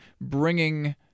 bringing